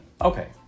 Okay